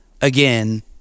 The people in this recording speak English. again